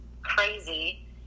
crazy